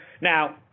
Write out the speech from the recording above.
Now